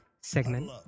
segment